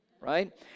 right